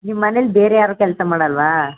ನಿಮ್ಮ ಮನೇಲಿ ಬೇರೆ ಯಾರು ಕೆಲಸ ಮಾಡೋಲ್ವಾ